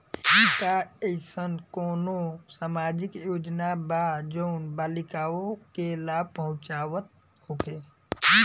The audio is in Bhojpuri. का एइसन कौनो सामाजिक योजना बा जउन बालिकाओं के लाभ पहुँचावत होखे?